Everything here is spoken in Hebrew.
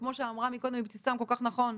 וכמו שאמרה קודם אבתיסאם כל כך נכון,